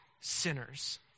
sinners